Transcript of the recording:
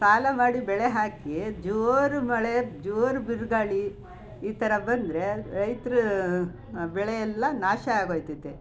ಸಾಲ ಮಾಡಿ ಬೆಳೆ ಹಾಕಿ ಜೋರು ಮಳೆ ಜೋರು ಬಿರುಗಾಳಿ ಈ ಥರ ಬಂದರೆ ರೈತರ ಬೆಳೆಯೆಲ್ಲ ನಾಶ ಆಗಿ ಹೋಯ್ತದೆ